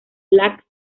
black